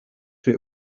für